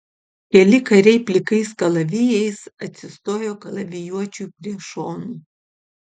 keli kariai plikais kalavijais atsistojo kalavijuočiui prie šonų